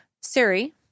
Siri